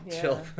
Chill